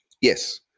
yes